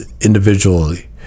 individually